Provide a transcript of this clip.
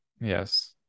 Yes